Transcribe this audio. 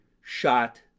shot